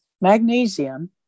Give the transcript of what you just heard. magnesium